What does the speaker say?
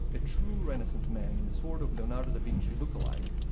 a true renaissance man and a sort of leonardo da vinci look-alike,